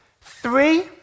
three